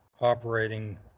operating